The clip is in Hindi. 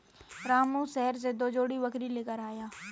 रामू शहर से दो जोड़ी बकरी लेकर आया है